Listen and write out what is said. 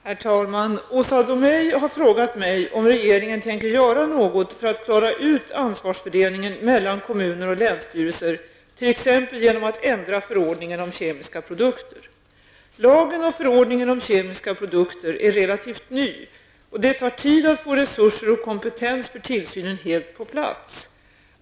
Herr talman! Åsa Domeij har frågat mig om regeringen tänker göra något för att klara ut ansvarsfördelningen mellan kommuner och länsstyrelser, t.ex. genom att ändra förordningen om kemiska produkter. Lagen och förordningen om kemiska produkter är relativt nya, och det tar tid att få resurser och kompetens för tillsynen helt på plats.